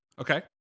Okay